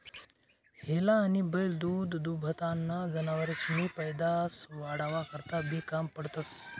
हेला आनी बैल दूधदूभताना जनावरेसनी पैदास वाढावा करता बी काम पडतंस